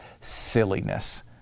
silliness